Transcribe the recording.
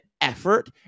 effort